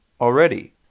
already